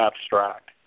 abstract